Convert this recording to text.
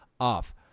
off